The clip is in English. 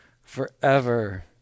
forever